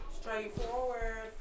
Straightforward